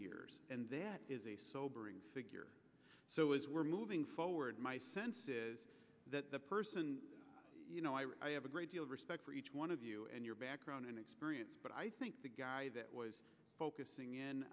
years and that is a sobering figure so as we're moving forward my sense is that the person you know i have a great deal of respect for each one of you and your background and experience but i think the guy that was focusing in